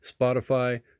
Spotify